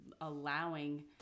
allowing